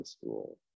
school